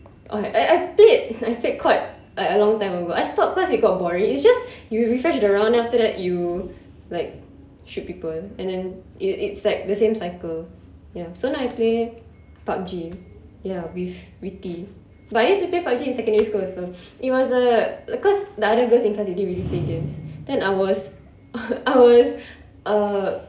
oh I I played I played COD like a long time ago cause it got boring it's just you refresh the round then after that you like shoot people and then it's like the same cycle ya so now I play PUBG ya with riti but I used to play PUBG in secondary school also it was uh like cause the other girls in class they didn't really play games then I was I was uh